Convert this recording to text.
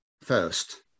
first